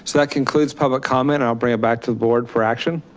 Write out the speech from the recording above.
that concludes public comment. i'll bring it back to the board for action.